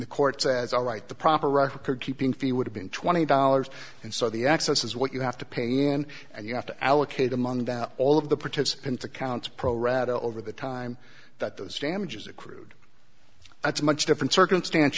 the court says all right the proper record keeping fee would have been twenty dollars and so the excess is what you have to pay in and you have to allocate among all of the participants accounts pro rata over the time that those damages accrued that's much different circumstance